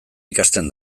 ikasten